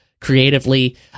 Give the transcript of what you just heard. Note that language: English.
creatively